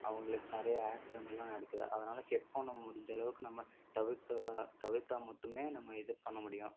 அவங்களுக்கு நிறையா ஆக்ஸிடெண்ட்லாம் நடக்குது அதனால் ஹெட்ஃபோனை முடிஞ்சளவுக்கு நம்ம தவிர்த்தா தவிர்த்தால் மட்டுமே நம்ம இது பண்ணமுடியும்